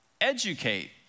educate